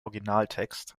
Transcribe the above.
originaltext